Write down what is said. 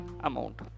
amount